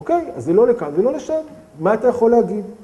‫אוקיי? אז זה לא לכאן ולא לשם. ‫מה אתה יכול להגיד?